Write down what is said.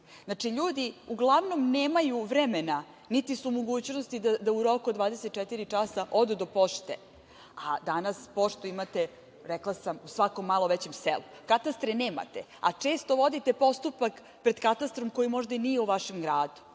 Znači, ljudi uglavnom nemaju vremena, niti su u mogućnosti da u roku od 24 odu do pošte, a danas poštu imate, rekla sam u svakom malo većem selu. Katastre nemate, a često vodite postupak pred katastrom koji možda i nije u vašem gradu.